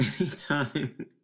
anytime